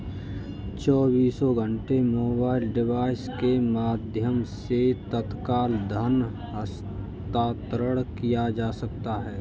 चौबीसों घंटे mobile device के माध्यम से तत्काल धन हस्तांतरण किया जा सकता है